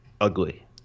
ugly